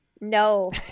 No